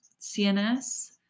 CNS